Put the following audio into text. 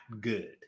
good